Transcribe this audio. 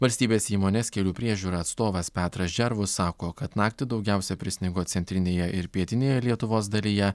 valstybės įmonės kelių priežiūra atstovas petras džervus sako kad naktį daugiausia prisnigo centrinėje ir pietinėje lietuvos dalyje